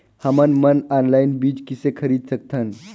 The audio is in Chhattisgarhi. हमन मन ऑनलाइन बीज किसे खरीद सकथन?